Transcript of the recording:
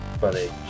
funny